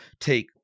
take